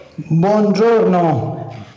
Buongiorno